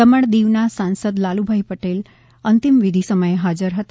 દમણ દીવના સાંસદ લાલુભાઈ પટેલ અંતિમ વિઘિ સમયે હાજર રહ્યા હતા